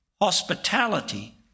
hospitality